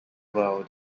world